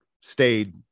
stayed